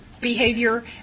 behavior